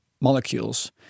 molecules